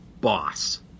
boss